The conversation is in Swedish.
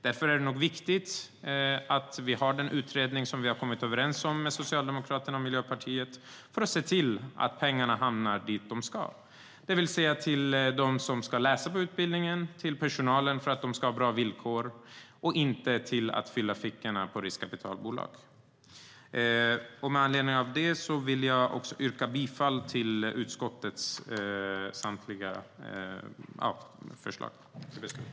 Därför är det viktigt att vi har den utredning som vi har kommit överens om med Socialdemokraterna och Miljöpartiet för att se till att pengarna hamnar där de ska, det vill säga till dem som ska läsa på utbildningen, till personalen för att de ska få bra villkor och inte till att fylla fickorna på riskkapitalbolag. Jag vill yrka bifall till utskottets samtliga förslag i betänkandet.